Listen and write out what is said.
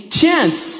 chance